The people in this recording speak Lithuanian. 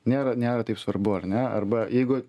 nėra nėra taip svarbu ar ne arba jeigu